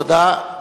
תודה,